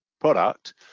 product